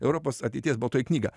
europos ateities baltoji knyga